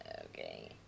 Okay